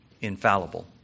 infallible